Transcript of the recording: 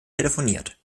telefoniert